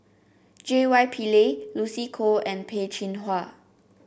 J Y Pillay Lucy Koh and Peh Chin Hua